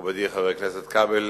מכובדי, חבר הכנסת כבל,